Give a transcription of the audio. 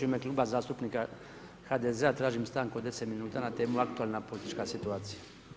U ime Kluba zastupnika HDZ-a tražim stanku od deset minuta na temu aktualna politička situacija.